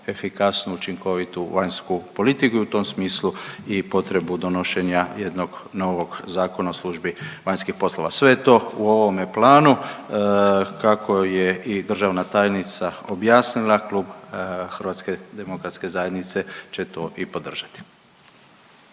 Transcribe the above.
učinkovitu vanjsku politiku i u tom smislu i potrebu donošenja jednog novog Zakona o službi vanjskih poslova. Sve je to u ovome planu kako je i državna tajnica objasnila klub HDZ-a će to i podržati.